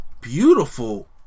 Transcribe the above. beautiful